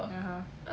(uh huh)